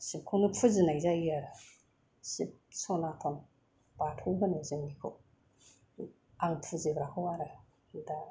शिबखौनो फुजिनाय जायो आरो शिब सनाथन बाथौ होनो जोंनिखौ आं फुजिग्राखौ आरो दा